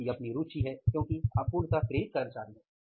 आपकी अपनी रुचि है क्योंकि आप पूर्णतः प्रेरित कर्मचारी हैं